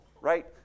right